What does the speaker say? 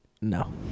No